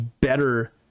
better